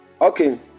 Okay